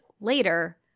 later